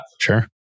sure